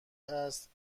است